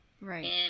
Right